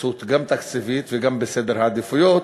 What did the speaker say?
התייחסות גם תקציבית וגם בסדר העדיפויות.